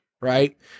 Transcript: Right